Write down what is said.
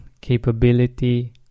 capability